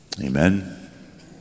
Amen